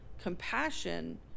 compassion